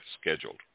scheduled